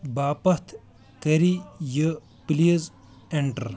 باپتھ کٔریٛو یہِ پٕلیٖز ایٚنٹر